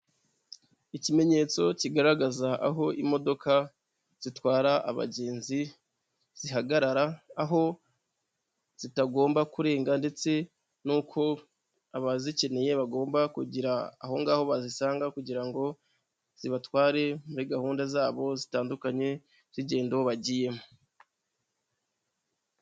Ikimenyetso kigaragaza aho imodoka zitwara abagenzi zihagarara, aho zitagomba kurenga ndetse n'uko abazikeneye bagomba kugira aho ngaho bazisanga kugira ngo zibatware muri gahunda zabo zitandukanye z'ingendo bagiyemo.